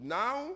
now